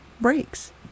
breaks